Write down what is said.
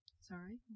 Sorry